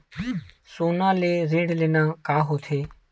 सोना ले ऋण लेना का होथे?